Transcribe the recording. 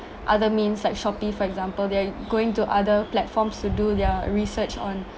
other means like shopee for example they're going to other platforms to do their research on